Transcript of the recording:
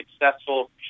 successful